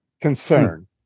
concern